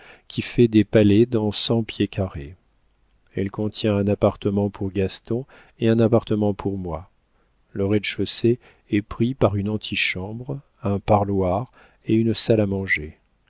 qui fait des palais dans cent pieds carrés elle contient un appartement pour gaston et un appartement pour moi le rez-de-chaussée est pris par une antichambre un parloir et une salle à manger